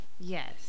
Yes